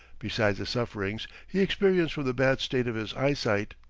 besides the sufferings he experienced from the bad state of his eyesight.